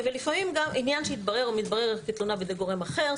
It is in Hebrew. לפעמים עניין שהתברר או מתברר כתלונה בידי גורם אחר,